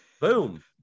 boom